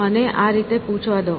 મને આ રીતે પૂછવા દો